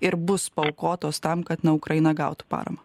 ir bus paaukotos tam kad na ukraina gautų paramą